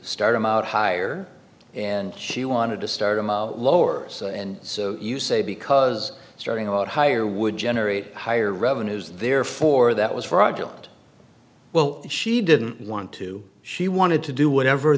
start him out higher and she wanted to start lower and so you say because starting a lot higher would generate higher revenues therefore that was fraudulent well she didn't want to she wanted to do whatever